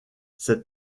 cette